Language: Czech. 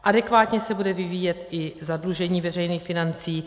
Adekvátně se bude vyvíjet i zadlužení veřejných financí.